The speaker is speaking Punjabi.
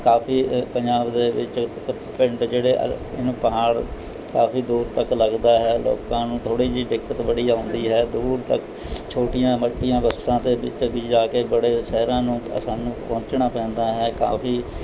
ਕਾਫੀ ਅ ਪੰਜਾਬ ਦੇ ਵਿੱਚ ਪਿੰਡ ਜਿਹੜੇ ਅ ਨੂੰ ਪਹਾੜ ਕਾਫੀ ਦੂਰ ਤੱਕ ਲੱਗਦਾ ਹੈ ਲੋਕਾਂ ਨੂੰ ਥੋੜ੍ਹੀ ਜਿਹੀ ਦਿੱਕਤ ਬੜੀ ਆਉਂਦੀ ਹੈ ਦੂਰ ਤੱਕ ਛੋਟੀਆਂ ਮੋਟੀਆਂ ਬੱਸਾਂ ਦੇ ਵਿੱਚ ਵੀ ਜਾ ਕੇ ਬੜੇ ਸ਼ਹਿਰਾਂ ਨੂੰ ਸਾਨੂੰ ਪਹੁੰਚਣਾ ਪੈਂਦਾ ਹੈ ਕਾਫੀ